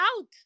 out